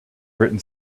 written